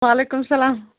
وعلیکُم السَلام